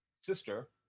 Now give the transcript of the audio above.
sister